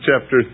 chapter